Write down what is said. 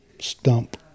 stump